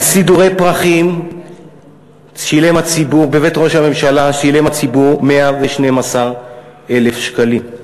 על סידורי פרחים בבית ראש הממשלה שילם הציבור 112,000 שקלים,